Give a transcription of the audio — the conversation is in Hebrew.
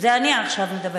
עכשיו אני מדברת.